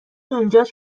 اونجاش